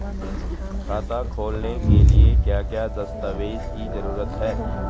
खाता खोलने के लिए क्या क्या दस्तावेज़ की जरूरत है?